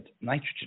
nitrogen